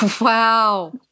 Wow